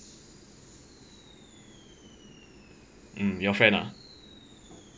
mm your friend ah